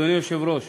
אדוני היושב-ראש